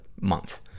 month